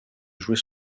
jouer